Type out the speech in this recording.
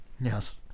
Yes